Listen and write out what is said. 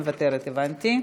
את מוותרת, הבנתי.